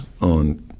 on